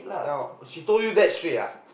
ya she told you that straight ah